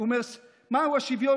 מהו השוויון?